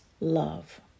love